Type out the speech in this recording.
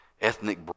ethnic